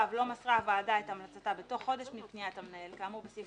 לא מסרה הוועדה את המלצתה בתוך חודש מפניית המנהל כאמור סעיף